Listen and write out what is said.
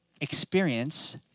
experience